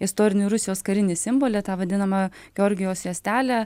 istorinį rusijos karinį simbolį tą vadinamą georgijaus juostelę